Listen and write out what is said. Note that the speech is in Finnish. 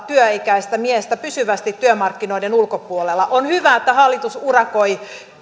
työikäistä miestä pysyvästi työmarkkinoiden ulkopuolella on hyvä että hallitus urakoi